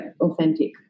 Authentic